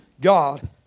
God